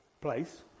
place